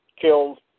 killed